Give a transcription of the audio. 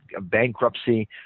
bankruptcy